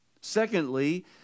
Secondly